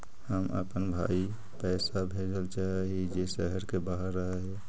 हम अपन भाई पैसा भेजल चाह हीं जे शहर के बाहर रह हे